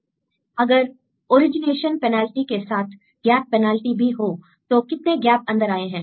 student gap open अगर origination penalty के साथ गैप पेनल्टी भी हो तो कितने गैप अंदर आए हैं